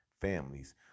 families